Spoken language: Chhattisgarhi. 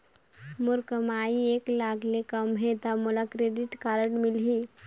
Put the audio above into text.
मोर कमाई एक लाख ले कम है ता मोला क्रेडिट कारड मिल ही?